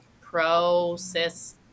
pro-cis